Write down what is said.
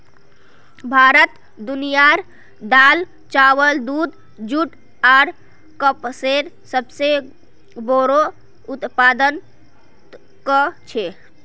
भारत दुनियार दाल, चावल, दूध, जुट आर कपसेर सबसे बोड़ो उत्पादक छे